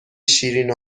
شیرین